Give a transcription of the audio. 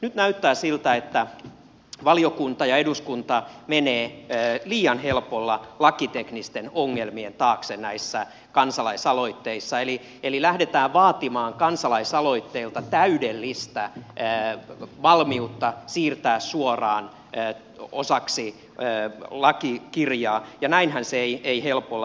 nyt näyttää siltä että valiokunta ja eduskunta menevät liian helpolla lakiteknisten ongelmien taakse näissä kansalaisaloitteissa eli lähdetään vaatimaan kansalaisaloitteilta täydellistä valmiutta siirtää ne suoraan osaksi lakikirjaa ja näinhän se ei helpolla ole